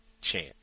chance